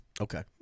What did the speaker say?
Okay